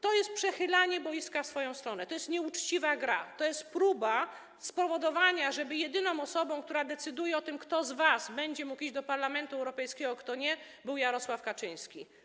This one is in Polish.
To jest przechylanie boiska w swoją stronę, to jest nieuczciwa gra, to jest próba spowodowania, żeby jedyną osobą, która decyduje o tym, kto z was będzie mógł iść do Parlamentu Europejskiego, a kto nie, był Jarosław Kaczyński.